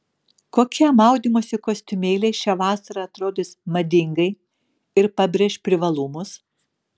kokie maudymosi kostiumėliai šią vasarą atrodys madingai ir pabrėš privalumus